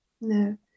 no